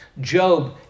Job